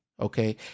okay